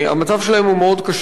המצב שלהם הוא מאוד קשה,